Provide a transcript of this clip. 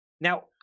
Now